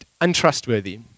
untrustworthy